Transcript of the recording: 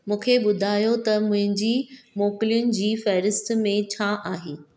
मूंखे ॿुधायो त मुंहिंजी मोकलुनि जी फ़हिरिस्त में छा आहे